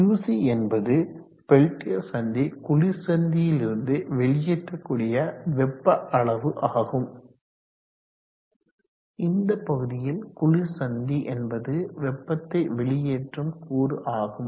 Qc என்பது Peltier சந்தி குளிர் சந்தியிலிருந்து வெளியேற்றக்கூடிய வெப்ப அளவு ஆகும் இந்த பகுதியில் குளிர் சந்தி என்பது வெப்பத்தை வெளியேற்றும் கூறு ஆகும்